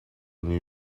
new